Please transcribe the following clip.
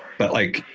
but, like,